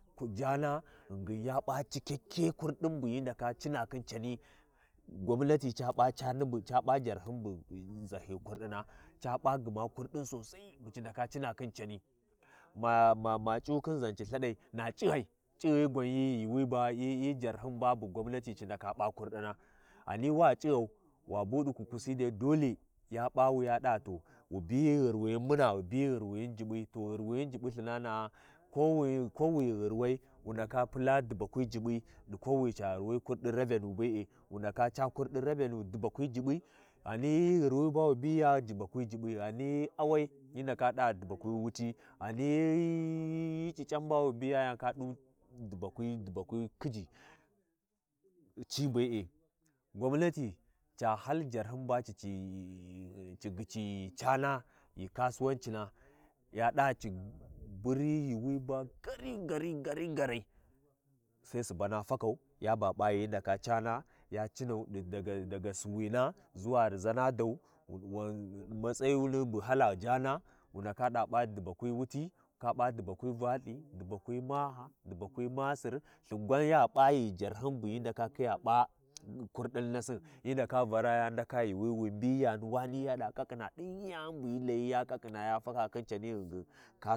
Hyi ya mbanai Sinni ta- ta ta Laya Layina bu mbanai, ghani wa khin, ghani wa Laya Layin bu mbanai diniyi cini wi ma ɗahyin ƙayana’a, ya ɗaa wa khin ya mbani wi wu ndaka wi wu ndaka Laya rayuwi wi Mbanai, hi yan ghummuma, wa khin ɓaɓurna, wa khin yau tahyiyai, wa khin yau nahakai, wa bu ndaka ʒha rayuwi tu caba hura sa faka wi mbanau hi yani bu wu Layiya, gma hyi yan mabanai, gma ghanai hyi Wali Wi wali wi kwa mbanayu, kai, ci ndaka Ci ndaka ci ndaka ci ndaka bunaghaa ma kayani ma kayana a ghia kayama hyi yan mbani ba wa wawa ba yan yan, yan rayywi tu wi mbani kayanəa ɗi rayuwo cina’a amma wa kwa khin yan mbani ɗin rayuwo cina’a, wu ndaka kuʒa P’iyatunu, hyi yan P’iyatin ba uwa Laya Laayin bu mbanau, wa tsigu tsigayi wi P’iyatin Lthikanwi, wanba ɗi ɗi mitulai, wanba ɗi ɓaburna wanba ɗi i jirgin ni kwafa, wanba tokuwa, ɗin ghi wu ndakhia wu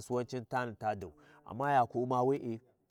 ndaka tsiga wa kuʒa P’iyatin sosai.